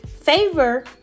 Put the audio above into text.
Favor